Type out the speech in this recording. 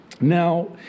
Now